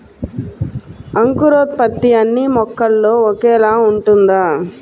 అంకురోత్పత్తి అన్నీ మొక్కల్లో ఒకేలా ఉంటుందా?